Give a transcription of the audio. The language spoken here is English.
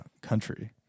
country